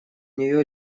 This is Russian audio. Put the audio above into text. нее